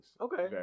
okay